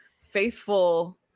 faithful